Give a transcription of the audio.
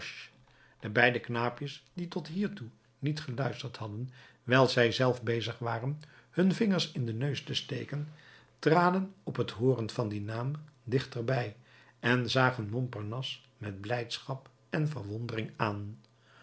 de beide knaapjes die tot hiertoe niet geluisterd hadden wijl zij zelf bezig waren hun vingers in den neus te steken traden op t hooren van dien naam dichter bij en zagen montparnasse met blijdschap en verwondering aan